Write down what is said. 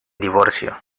divorcio